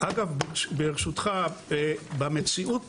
אגב, במציאות